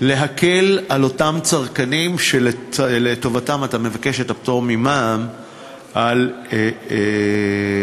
להקל על אותם צרכנים שלטובתם אתה מבקש את הפטור ממע"מ על תרופות.